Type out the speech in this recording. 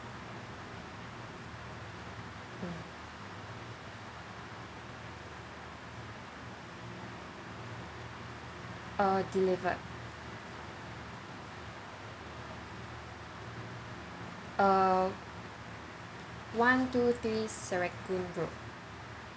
ah delivered ah one two three road